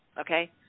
Okay